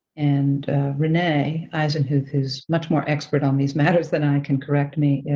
and renee eisenhuth who's much more expert on these matters than i can correct me